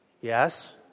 Yes